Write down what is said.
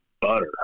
butter